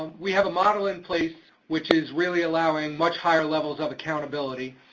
we have a model in place which is really allowing much higher levels of accountability.